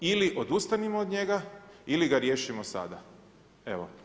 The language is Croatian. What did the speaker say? Ili odustanimo od njega ili ga riješimo sada, evo.